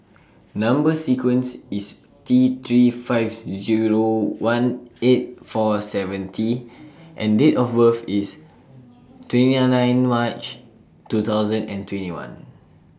Number sequence IS T three five Zero one eight four seven T and Date of birth IS twenty nine March two thousand and twenty one